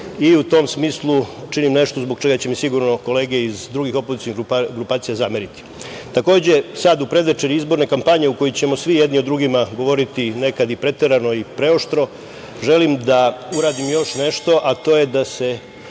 i u tom smislu činim nešto zbog čega će mi sigurno kolege iz drugih opozicionih grupacija zameriti. Takođe, sada u predvečerju izborne kampanje u kojoj ćemo svi jedni o drugima govoriti nekad i preterano i preoštro, želim da uradim još nešto, a to je da